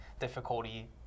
difficulty